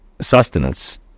sustenance